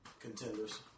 Contenders